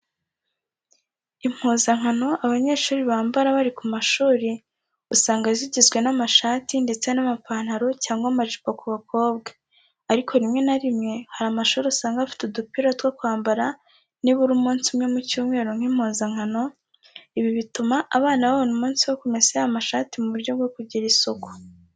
Impuzankano abanyeshuri bambara bari ku mashuri usanga zigizwe n'amashati ndetse n'amapantaro cyangwa amajipo ku bakobwa ariko rimwe na rimwe hari amashuri usanga afite udupira two kwambara nibura umunsi umwe mu cyumweru nk'impuzankano, ibi bituma abana babona umunsi wo kumesa ya mashati mu buryo bwo kugira isuku.